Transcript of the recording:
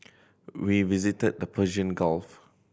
we visited the Persian Gulf